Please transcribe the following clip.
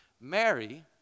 Mary